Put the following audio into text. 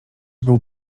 był